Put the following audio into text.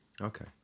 Okay